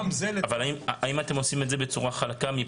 גם זה --- אבל האם אתם עושים את זה בצורה חלקה,